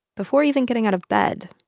before even getting out of bed,